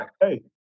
Hey